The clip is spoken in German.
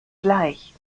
gleich